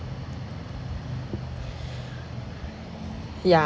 yeah